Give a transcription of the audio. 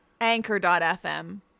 anchor.fm